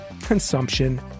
consumption